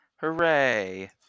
Hooray